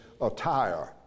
attire